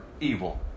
evil